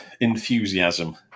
enthusiasm